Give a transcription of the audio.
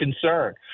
concern